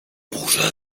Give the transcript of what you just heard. burza